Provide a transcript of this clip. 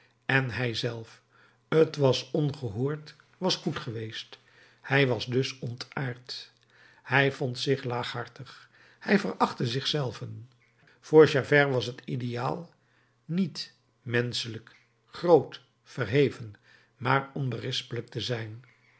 en hij zelf t was ongehoord was goed geweest hij was dus ontaard hij vond zich laaghartig hij verachtte zich zelven voor javert was het ideaal niet menschelijk groot verheven maar onberispelijk te zijn